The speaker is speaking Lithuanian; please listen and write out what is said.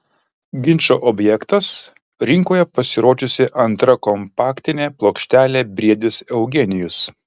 ginčo objektas rinkoje pasirodžiusi antra kompaktinė plokštelė briedis eugenijus